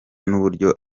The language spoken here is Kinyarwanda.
n’uburyo